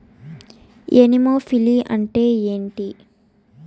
Anemophily అంటే ఏంటి?